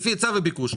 לפי היצע וביקוש.